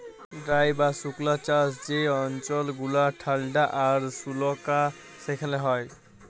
dry বা শুস্ক চাষ যে অল্চল গুলা ঠাল্ডা আর সুকলা সেখালে হ্যয়